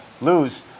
lose